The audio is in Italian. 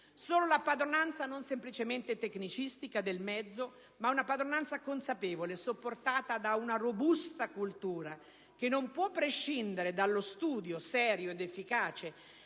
Solo la padronanza non semplicemente tecnicistica del mezzo, ma consapevole e supportata da una robusta cultura, che non può prescindere dallo studio serio ed efficace,